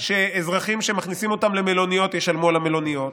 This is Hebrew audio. שאזרחים שמכניסים אותם למלוניות ישלמו על המלוניות.